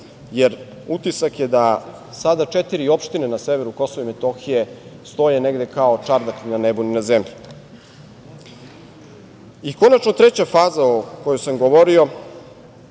jer utisak je da sada četiri opštine na severu Kosova i Metohije stoje negde kao čardak ni na nebu, ni na zemlji. Konačno, treća faza o kojoj sam govorio